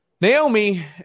Naomi